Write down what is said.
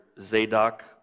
Zadok